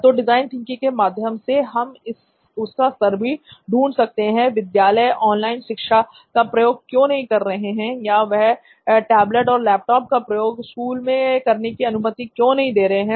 तो design thinking के माध्यम से हम उसका उत्तर भी ढूंढ सकते हैं विद्यालय ऑनलाइन शिक्षा का प्रयोग क्यों नहीं कर रहे हैं या वह टेबलेट और लैपटॉप का प्रयोग स्कूल में करने की अनुमति क्यों नहीं दे रहे हैं